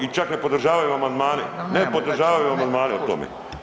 I čak i ne podržavaju amandmane, ne podržavaju amandmane o tome.